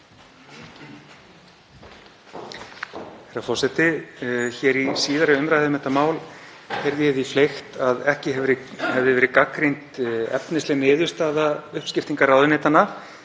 Herra forseti. Í síðari umræðu um þetta mál heyrði ég því fleygt að ekki hefði verið gagnrýnd efnisleg niðurstaða uppskiptingar ráðuneytanna.